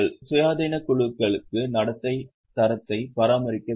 சுயாதீன இயக்குநர்களும் நடத்தை தரத்தை பராமரிக்க வேண்டும்